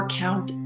count